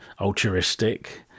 altruistic